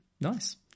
Nice